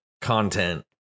Content